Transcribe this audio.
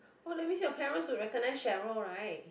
oh that means your parents will recognise Cheryl right